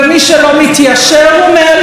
נסגר או מפוטר.